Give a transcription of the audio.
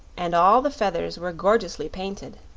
and all the feathers were gorgeously painted.